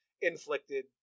inflicted